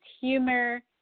humor